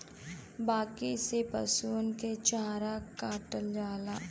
बांकी से पसुअन के चारा काटल जाला